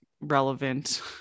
relevant